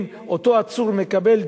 אם אותו עצור מקבל דיווח,